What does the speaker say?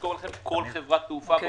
ולסקור לכם כל חברת תעופה בעולם.